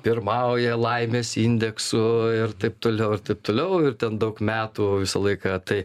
pirmauja laimės indeksu ir taip toliau ir taip toliau ir ten daug metų visą laiką tai